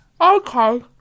Okay